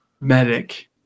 medic